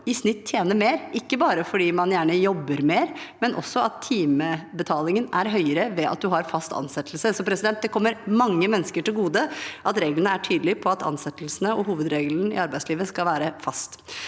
i snitt tjener mer, ikke bare fordi man gjerne jobber mer, men også fordi timebetalingen er høyere ved at du har fast ansettelse. Det kommer altså mange mennesker til gode at reglene er tydelige på at ansettelsene i arbeidslivet som hovedregel skal være faste.